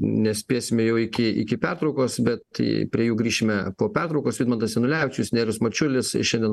nespėsime jau iki iki pertraukos bet prie jų grįšime po pertraukos vidmantas janulevičius nerijus mačiulis šiandien